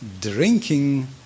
drinking